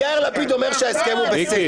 אם כבר מופע יחיד, מיקי, אז עדיף --- לפחות.